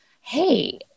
Hey